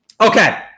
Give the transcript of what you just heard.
Okay